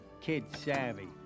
kid-savvy